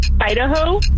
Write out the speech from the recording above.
Idaho